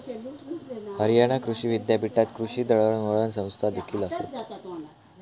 हरियाणा कृषी विद्यापीठात कृषी दळणवळण संस्थादेखील आसत